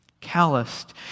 calloused